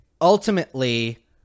Ultimately